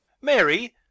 Mary